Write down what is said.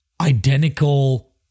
identical